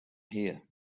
here